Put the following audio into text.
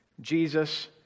Jesus